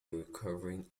recovering